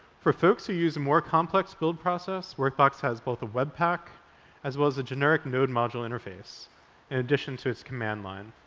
for folks who use a more complex build process, workbox has both a webpack as well as a generic node module interface in addition to its command line.